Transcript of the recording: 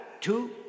two